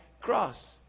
cross